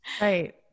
Right